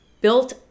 built